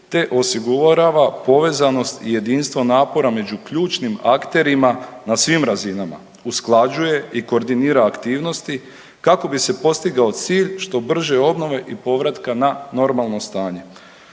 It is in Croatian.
te osigurava povezanost i jedinstvo napora među ključnim akterima na svim razinama, usklađuje i koordinira aktivnosti kako bi se postigao cilj što brže obnove i povratka na normalno stanje.